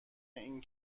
این